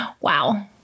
wow